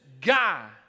guy